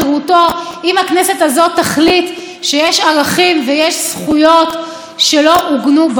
אם הכנסת הזאת תחליט שיש ערכים ויש זכויות שלא עוגנו בחוק.